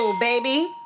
Baby